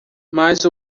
mas